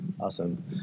Awesome